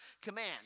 command